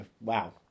wow